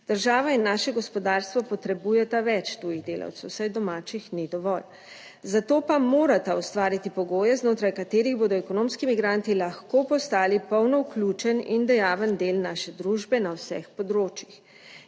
Država in naše gospodarstvo potrebujeta več tujih delavcev, saj domačih ni dovolj. Za to pa morata ustvariti pogoje, znotraj katerih bodo ekonomski migranti lahko postali polno vključen in dejaven del naše družbe na vseh področjih.